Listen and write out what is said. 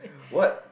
what